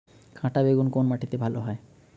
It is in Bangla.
কাঁটা বেগুন কোন মাটিতে ভালো হয়?